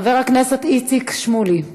חבר הכנסת איציק שמולי,